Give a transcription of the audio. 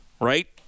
right